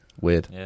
weird